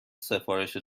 سفارش